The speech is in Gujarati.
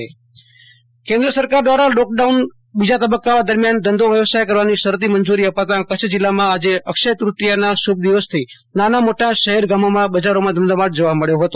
આશુતોષ અંતાણી કચ્છ ધંધા વ્યવસાયની છૂટ કેન્દ્ર સરકાર દવારા લોકડાઉન બીજા તબકકા દરમિયાન ધંધો વ્યવસાય કરવાની શરતી મંજરી અપાતાં કચ્છ જિલ્લામાં આજે અક્ષય તૃતિયા અખાત્રીજના શુભ દિવસથી નાના મોટા શહેર ગામોમાં બજારોમાં ધમધમાટ જોવા મળ્યો હતો